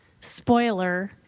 spoiler